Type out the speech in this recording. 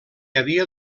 havia